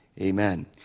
Amen